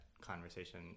conversation